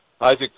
Isaac